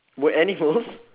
were animals